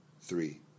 three